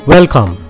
Welcome